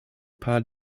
paar